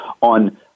on